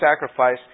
sacrifice